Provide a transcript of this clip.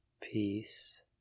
Peace